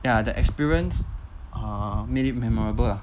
ya the experience ah made it memorable ah